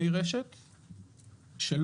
הרשת,